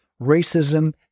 racism